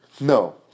No